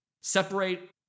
separate